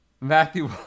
Matthew